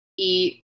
eat